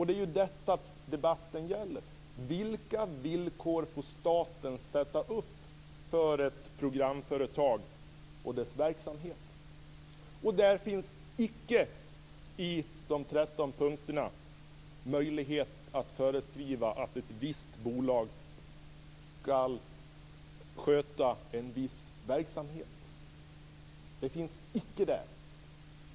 Det är detta debatten gäller: Vilka villkor får staten sätta upp för ett programföretag och dess verksamhet? Det finns icke i de 13 punkterna möjlighet att föreskriva att ett visst bolag skall sköta en viss verksamhet. Det finns icke där.